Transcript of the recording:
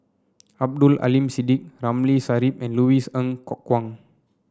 Abdul Aleem Siddique Ramli Sarip and Louis Ng Kok Kwang